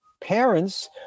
parents